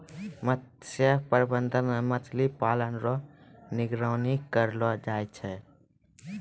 मत्स्य प्रबंधन मे मछली पालन रो निगरानी करलो जाय छै